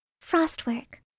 Frostwork